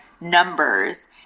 numbers